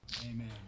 Amen